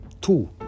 Two